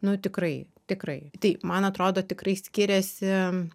nu tikrai tikrai tai man atrodo tikrai skiriasi